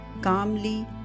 calmly